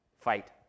fight